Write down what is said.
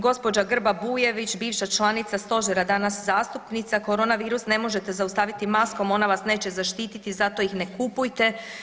Gospođa Grba Bujević bivša članica stožera danas zastupnica, korona virus ne možete zaustaviti maskom ona vas neće zaštititi zato ih ne kupujte.